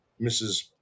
Mrs